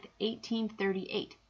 1838